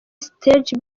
stage